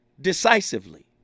Decisively